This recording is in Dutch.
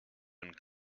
een